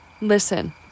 Listen